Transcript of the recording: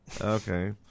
okay